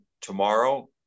tomorrow